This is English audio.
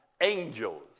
angels